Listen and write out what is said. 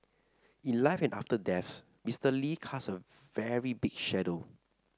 in life and after death Mister Lee casts a very big shadow